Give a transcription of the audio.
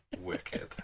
Wicked